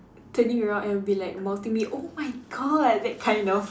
turning around and be like mouthing me oh my god that kind of